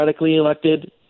elected